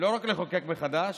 ולא רק לחוקק מחדש,